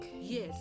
Yes